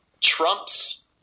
Trump's